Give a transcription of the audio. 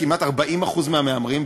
כמעט 40% מהמהמרים,